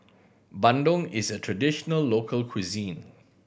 bandung is a traditional local cuisine